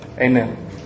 Amen